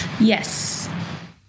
Yes